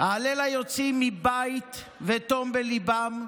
אהלל היוצאים מבית ותום בליבם,